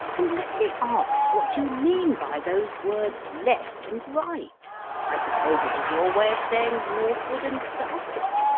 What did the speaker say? and let me ask what you mean by those words left and right i suppose it is your way of saying northward and southward.